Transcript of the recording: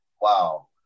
Wow